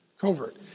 Covert